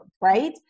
right